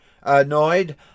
annoyed